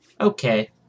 Okay